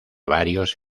varios